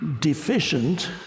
deficient